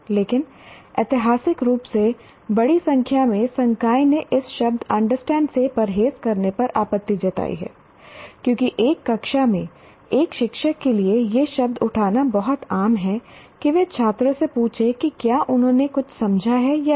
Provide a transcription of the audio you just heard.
लेकिन ऐतिहासिक रूप से बड़ी संख्या में संकाय ने इस शब्द अंडरस्टैंड से परहेज करने पर आपत्ति जताई है क्योंकि एक कक्षा में एक शिक्षक के लिए यह शब्द उठाना बहुत आम है कि वे छात्रों से पूछें कि क्या उन्होंने कुछ समझा है या नहीं